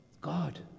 God